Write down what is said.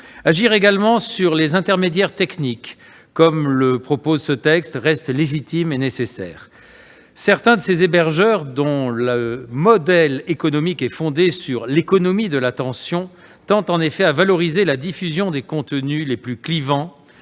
agir également sur les intermédiaires techniques, comme le propose ce texte ; cela reste légitime et nécessaire. Certains de ces hébergeurs, dont le modèle économique est fondé sur l'« économie de l'attention », tendent en effet à valoriser la diffusion des contenus les plus clivants,